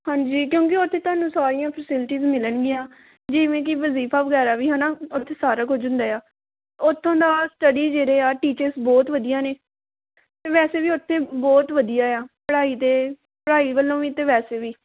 ਹਾਂਜੀ ਕਿਉਂਕਿ ਉੱਥੇ ਤੁਹਾਨੂੰ ਸਾਰੀਆਂ ਫੈਸਿਲਿਟੀਜ਼ ਮਿਲਣਗੀਆਂ ਜਿਵੇਂ ਕਿ ਵਜ਼ੀਫਾ ਵਗੈਰਾ ਵੀ ਹੈ ਨਾ ਉੱਥੇ ਸਾਰਾ ਕੁਝ ਹੁੰਦਾ ਆ ਉੱਥੋਂ ਦਾ ਸਟੱਡੀ ਜਿਹੜੇ ਆ ਟੀਚਰ ਬਹੁਤ ਵਧੀਆ ਨੇ ਵੈਸੇ ਵੀ ਤਾਂ ਉੱਥੇ ਬਹੁਤ ਵਧੀਆ ਆ ਪੜ੍ਹਾਈ ਦੇ ਪੜ੍ਹਾਈ ਵੱਲੋਂ ਵੀ ਅਤੇ ਵੈਸੇ ਵੀ